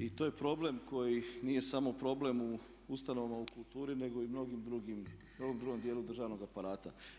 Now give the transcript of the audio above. i to je problem koji nije samo problem u ustanovama u kulturi, nego i mnogim drugim, mnogom drugom dijelu državnog aparata.